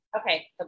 Okay